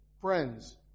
friends